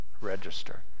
register